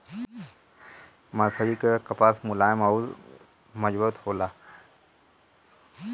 मर्सरीकृत कपास मुलायम अउर मजबूत होला